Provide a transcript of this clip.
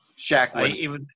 Shaq